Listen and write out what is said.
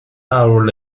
hours